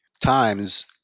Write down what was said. times